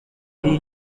iyi